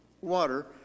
water